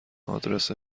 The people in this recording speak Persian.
آدرس